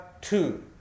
two